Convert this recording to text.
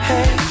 Hey